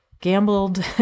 gambled